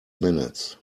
minutes